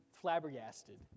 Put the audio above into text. flabbergasted